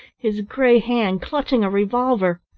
his grey hand clutching a revolver.